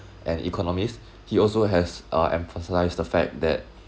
an economist he also has err emphasised the fact that